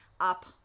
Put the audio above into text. up